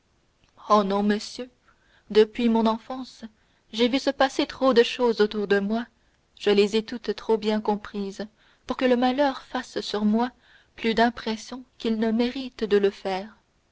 oh non monsieur depuis mon enfance j'ai vu se passer trop de choses autour de moi je les ai toutes trop bien comprises pour que le malheur fasse sur moi plus d'impression qu'il ne mérite de le faire